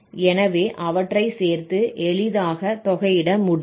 எனவே அவற்றை சேர்த்து எளிதாக தொகையிட முடியும்